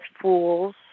fools